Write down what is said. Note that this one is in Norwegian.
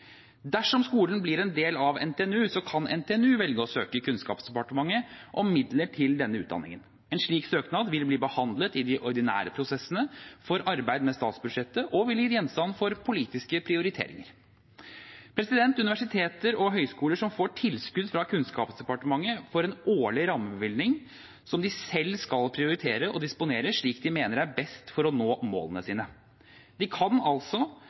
Dersom skolen blir en del av NTNU, kan NTNU velge å søke Kunnskapsdepartementet om midler til denne utdanningen. En slik søknad vil bli behandlet i de ordinære prosessene for arbeid med statsbudsjettet og vil bli gjenstand for politiske prioriteringer. Universiteter og høyskoler som får tilskudd fra Kunnskapsdepartementet, får en årlig rammebevilgning som de selv skal prioritere og disponere slik de mener er best for å nå målene sine. De har altså